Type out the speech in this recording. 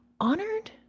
honored